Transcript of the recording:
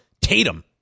Tatum